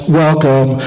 welcome